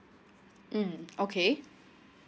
mm okay